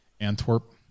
Antwerp